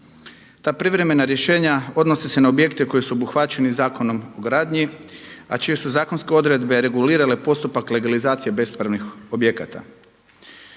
Ta privremena rješenja odnose se na objekte koji su obuhvaćeni Zakonom o gradnji a čije su zakonske odredbe regulirale postupak legalizacije bespravnih objekata.